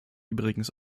übrigens